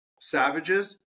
savages